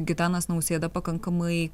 gitanas nausėda pakankamai